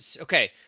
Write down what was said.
Okay